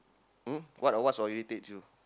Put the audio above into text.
um what or what irritates you